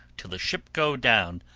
till the ship go down,